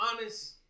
honest